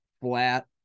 flat